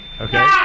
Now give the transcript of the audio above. Okay